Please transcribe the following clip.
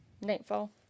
Nightfall